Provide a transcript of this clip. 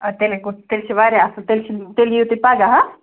اَدٕ تیٚلے گوٚو تیٚلہِ چھِ واریاہ اَصٕل تیٚلہِ چھُنہٕ تیٚلہِ یِیِو تُہۍ پَگاہ ہا